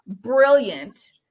brilliant